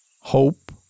hope